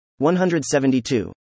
172